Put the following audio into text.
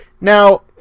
Now